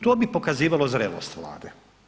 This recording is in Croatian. To bi pokazivali zrelost Vlade.